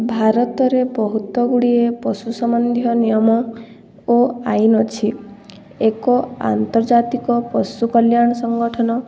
ଭାରତରେ ବହୁତ ଗୁଡ଼ିଏ ପଶୁ ସମନ୍ଧିୟ ନିୟମ ଓ ଆଇନ ଅଛି ଏକ ଆନ୍ତର୍ଜାତିକ ପଶୁ କଲ୍ୟାଣ ସଂଗଠନ